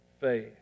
faith